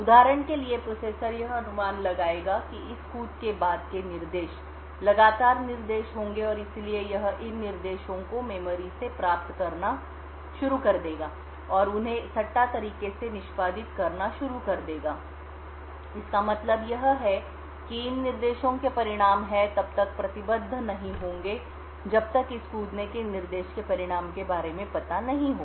उदाहरण के लिए प्रोसेसर यह अनुमान लगाएगा कि इस कूद के बाद के निर्देश लगातार निर्देश होंगे और इसलिए यह इन निर्देशों को मेमोरी से प्राप्त करना शुरू कर देगा और उन्हें सट्टा तरीके से निष्पादित करना शुरू कर देगा इसका मतलब यह है कि इन निर्देशों के परिणाम हैंतब तक प्रतिबद्ध नहीं होंगे जब तक इस कूदने के निर्देश के परिणाम के बारे में पता नहीं हो